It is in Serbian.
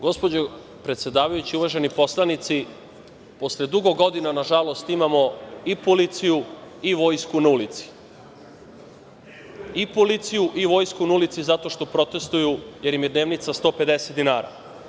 Gospođo predsedavajuća i uvaženi poslanici, posle dugo godina, nažalost, imamo i policiju i vojsku na ulici, i policiju i vojsku na ulici, zato što protestuju jer im je dnevnica 150 dinara.